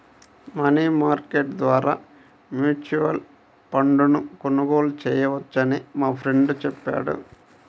money market ద్వారా mutual ఫండ్ను కొనుగోలు చేయవచ్చని మా ఫ్రెండు చెప్పాడు